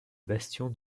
bastion